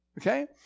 Okay